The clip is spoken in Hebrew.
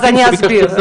אני אסביר.